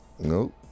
Nope